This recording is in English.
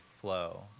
flow